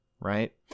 Right